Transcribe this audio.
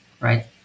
right